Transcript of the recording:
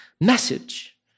message